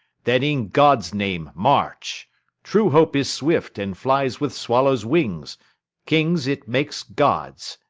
then in god's name, march true hope is swift, and flies with swallow's wings kings it makes gods,